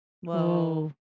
Whoa